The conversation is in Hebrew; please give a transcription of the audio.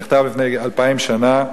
שנכתב לפני אלפיים שנה,